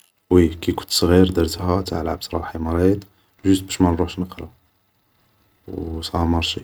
وي كيكنت صغير درتها تاع لعبت روحي مريض جوست باش ما نروحش نقرا, و صا ا مرشي